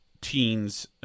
teens